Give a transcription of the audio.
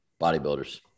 bodybuilders